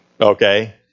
okay